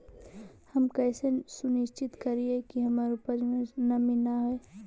हम कैसे सुनिश्चित करिअई कि हमर उपज में नमी न होय?